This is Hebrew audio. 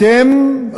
אתם,